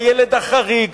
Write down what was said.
בילד החריג.